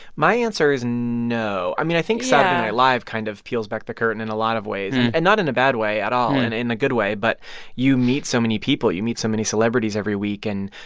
my answer is no yeah i mean, i think saturday night live kind of peels back the curtain in a lot of ways and not in a bad way at all, and in a good way. but you meet so many people. you meet so many celebrities every week, and.